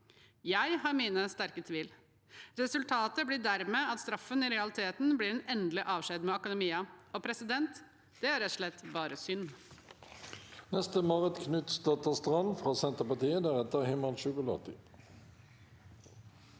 Jeg har mine sterke tvil. Resultatet blir dermed at straffen i realiteten blir en endelig avskjed med akademia. Det er rett og slett bare synd.